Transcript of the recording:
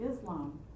Islam